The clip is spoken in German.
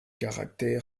charakter